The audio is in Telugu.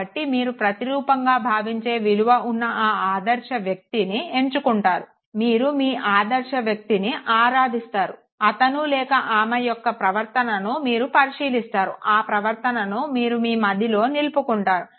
కాబట్టి మీరు ప్రతిరూపంగా భావించే విలువ ఉన్న ఆ ఆదర్శ వ్యక్తిని ఎంచుకుంటారు మీరు మీ ఆదర్శ వ్యక్తిని ఆరాధిస్తారు అతను లేక ఆమె యొక్క ప్రవర్తనను మీరు పరిశీలిస్తారు ఆ ప్రవర్తనను మీరు మీ మదిలో నిలుపుకుంటారు